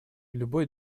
любой